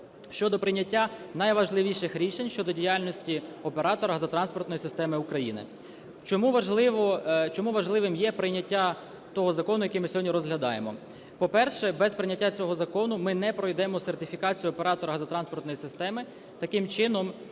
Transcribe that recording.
щодо прийняття найважливіших рішень щодо діяльності оператора газотранспортної системи України. Чому важливим є прийняття того закону, який ми сьогодні розглядаємо? По-перше, без прийняття цього закону ми не пройдемо сертифікацію оператора газотранспортної системи, таким чином